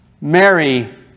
Mary